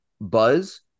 Buzz